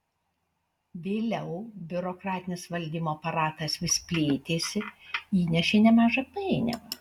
vėliau biurokratinis valdymo aparatas vis plėtėsi įnešė nemažą painiavą